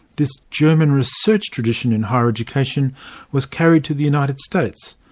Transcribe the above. this german research tradition in higher education was carried to the united states,